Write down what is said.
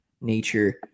nature